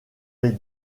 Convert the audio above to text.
les